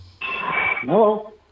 Hello